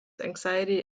anxiety